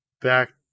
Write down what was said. back